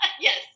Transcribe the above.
Yes